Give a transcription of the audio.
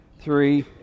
three